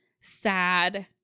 sad